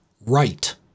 right